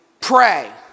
Pray